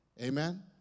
Amen